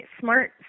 Smart